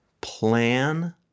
plan